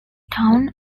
town